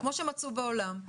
כמו שמצאו בעולם,